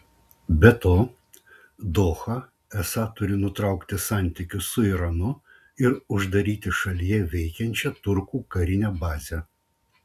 be to doha esą turi nutraukti santykius su iranu ir uždaryti šalyje veikiančią turkų karinę bazę